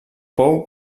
pou